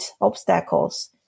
obstacles